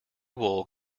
wool